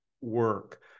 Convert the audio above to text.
work